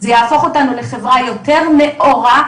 זה יהפוך אותנו לחברה יותר נאורה,